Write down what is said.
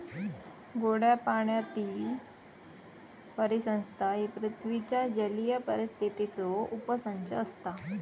गोड्या पाण्यातीली परिसंस्था ही पृथ्वीच्या जलीय परिसंस्थेचो उपसंच असता